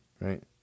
right